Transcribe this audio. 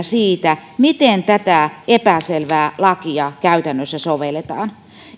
siitä miten tätä epäselvää lakia käytännössä sovelletaan